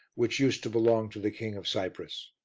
which used to belong to the king of cyprus.